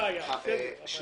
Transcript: על